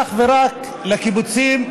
אך ורק לקיבוצים,